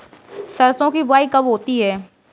सरसों की बुआई कब होती है?